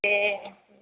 दे